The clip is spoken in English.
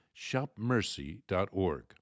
shopmercy.org